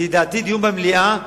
לדעתי דיון במליאה,